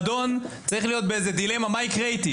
שהמועדון צריך להיות בדילמה מה יקרה אותו.